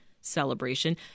celebration